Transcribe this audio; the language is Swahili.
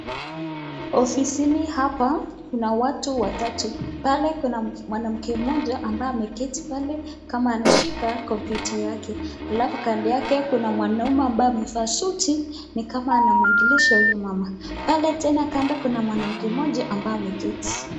Ofisini hapa kuna watu watatu, pale kuna mwanake mmoja anaketi pale kama anashika kompyuta yake. Alafu kando yake kuna mwanaume ambaye amevaa suti ni kama anamwongelesha huyu mama. Pale tena kando kuna mwanamke mmoja ambaye ameketi.